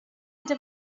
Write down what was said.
gyda